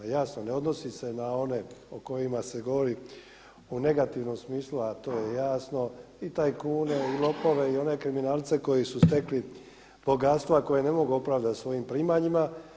Jasno, ne odnosi se na one o kojima se govori u negativnom smislu, a to je jasno i tajkune i lopove i one kriminalce koji su stekli bogatstvo, a koji ne mogu opravdati svojim primanjima.